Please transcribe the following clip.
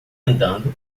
andando